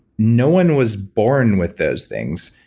no one was born with those things.